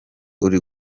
uri